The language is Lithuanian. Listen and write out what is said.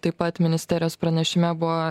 taip pat ministerijos pranešime buvo